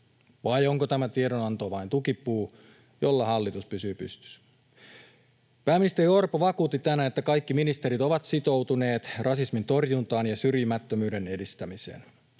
vai onko tämä tiedonanto vain tukipuu, jolla hallitus pysyy pystyssä. Pääministeri Orpo vakuutti tänään, että kaikki ministerit ovat sitoutuneet rasismin torjuntaan ja syrjimättömyyden edistämiseen.